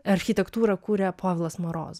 architektūrą kūrė povilas marozas